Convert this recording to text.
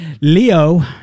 Leo